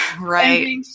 Right